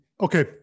Okay